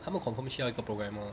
他们 confirm 需要一个 programmer